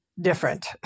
different